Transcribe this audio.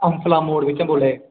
अंबफला मोड़ बिच्चा बोलै दे